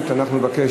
אנחנו נעבור,